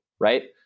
right